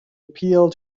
appeal